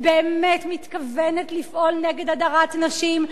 באמת מתכוונת לפעול נגד הדרת נשים,